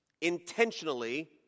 intentionally